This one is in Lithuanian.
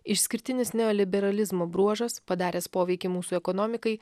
išskirtinis neoliberalizmo bruožas padaręs poveikį mūsų ekonomikai